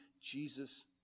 jesus